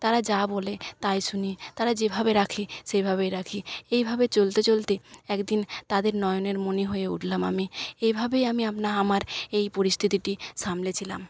তারা যা বলে তাই শুনি তারা যেভাবে রাখে সেভাবেই রাখি এইভাবে চলতে চলতে একদিন তাদের নয়নের মনি হয়ে উঠলাম আমি এইভাবেই আমি আমার এই পরিস্থিতিটি সামলে ছিলাম